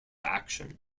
action